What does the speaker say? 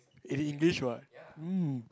he can engage what mm